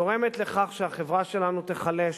גורם לכך שהחברה שלנו תיחלש,